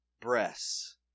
breasts